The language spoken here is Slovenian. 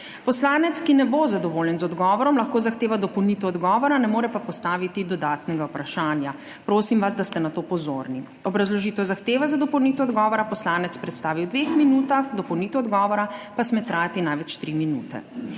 Poslanec, ki ne bo zadovoljen z odgovorom, lahko zahteva dopolnitev odgovora, ne more pa postaviti dodatnega vprašanja. Prosim vas, da ste na to pozorni. Obrazložitev zahteve za dopolnitev odgovora poslanec predstavi v 2 minutah, dopolnitev odgovora pa sme trajati največ 3 minute.